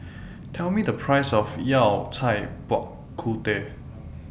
Tell Me The Price of Yao Cai Bak Kut Teh